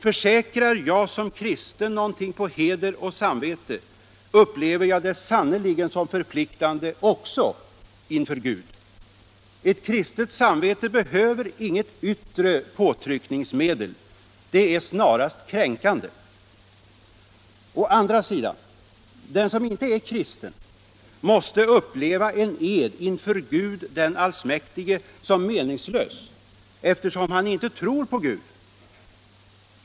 Försäkrar jag som kristen någonting på heder och samvete upplever jag det sannerligen som förpliktande också inför Gud. Ett kristet samvete behöver inget yttre påtryckningsmedel. Det är snarast kränkande. Å andra sidan — den som inte är kristen måste uppleva en ed ”inför Gud den allsmäktige” som meningslös, eftersom han inte tror på Gud.